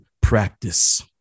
practice